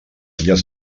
illes